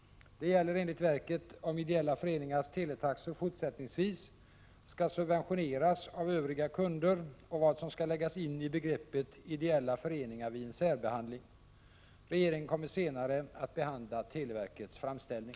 Det gäller enligt verket om ideella föreningars teletaxor fortsättningsvis skall subventioneras av övriga kunder och vad som skall läggas in i begreppet ideella föreningar vid en särbehandling. Regeringen kommer senare att behandla televerkets framställning.